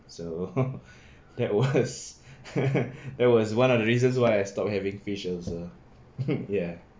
so that was that was one of the reasons why I stopped having fishes ya